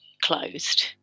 closed